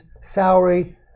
salary